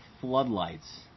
floodlights